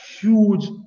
huge